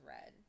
red